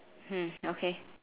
mm okay